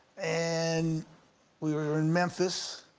and we were in memphis,